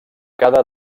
cada